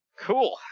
Cool